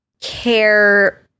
care